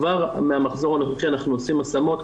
כבר מהמחזור הנוכחי אנחנו עושים השמות,